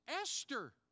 Esther